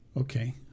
okay